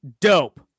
dope